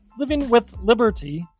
livingwithliberty